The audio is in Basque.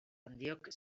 handiok